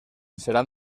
seran